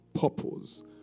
purpose